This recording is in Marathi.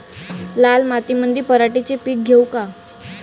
लाल मातीमंदी पराटीचे पीक घेऊ का?